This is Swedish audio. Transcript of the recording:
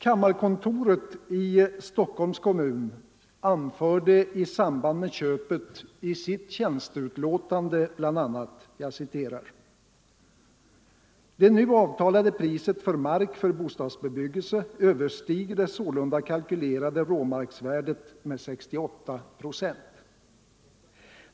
Kammiarkontoret i Stockholms kommun anförde i samband med köpet i sitt tjänsteutlåtande bl.a.: ”Det nu avtalade priset för mark för bostadsbebyggelse överstiger det sålunda kalkylerade råmarksvärdet med 68 procent.